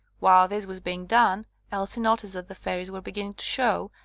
while this was being done elsie noticed that the fairies were beginning to show,